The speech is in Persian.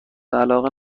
علاقه